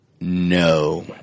No